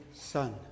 Son